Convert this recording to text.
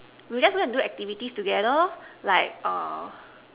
we'll just go and do activities together like err